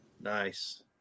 Nice